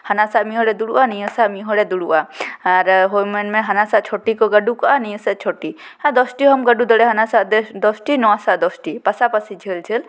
ᱦᱟᱱᱟᱥᱟ ᱢᱤᱫ ᱦᱚᱲᱮ ᱫᱩᱲᱩᱵᱼᱟ ᱱᱤᱭᱟᱹᱥᱟ ᱢᱤᱫ ᱦᱚᱲᱮ ᱫᱩᱲᱩᱵᱼᱟ ᱟᱨ ᱢᱮᱱᱢᱮ ᱦᱟᱱᱟᱥᱟ ᱪᱷᱚᱴᱤ ᱠᱚ ᱜᱟᱹᱰᱩ ᱠᱟᱜᱼᱟ ᱟᱨ ᱱᱤᱭᱟᱹᱥᱟ ᱪᱷᱚᱴᱤ ᱫᱚᱥᱴᱤ ᱦᱚᱸᱢ ᱜᱟᱹᱰᱩ ᱫᱟᱲᱮᱭᱟᱜᱼᱟ ᱦᱟᱱᱟ ᱥᱟ ᱫᱚᱥᱴᱤ ᱱᱚᱣᱟ ᱥᱟ ᱫᱚᱥᱴᱤ ᱯᱟᱥᱟᱯᱟᱹᱥᱤ ᱡᱷᱟᱹᱞᱼᱡᱷᱟᱹᱞ